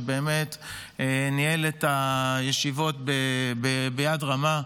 שניהל את הישיבות ביד רמה,